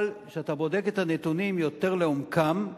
אבל כשאתה בודק את הנתונים יותר לעומקם,